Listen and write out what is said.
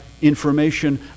information